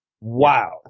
wow